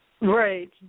Right